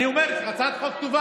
כמה זמן אתם רוצים,